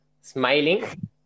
smiling